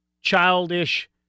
childish –